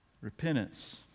Repentance